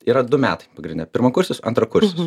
yra du metai pagrinde pirmakursis antrakursis